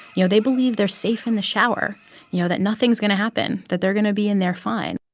you know, they believe they're safe in the shower you know, that nothing's going to happen, that they're going to be in there fine.